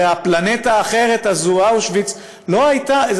הרי הפלנטה האחרת הזו, אושוויץ, לא הייתה.